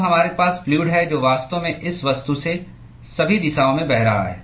अब हमारे पास फ्लूअड है जो वास्तव में इस वस्तु से सभी दिशाओं में बह रहा है